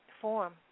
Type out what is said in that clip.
form